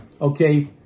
okay